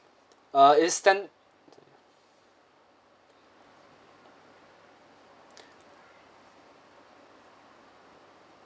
ah is stand~